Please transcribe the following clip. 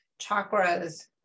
chakras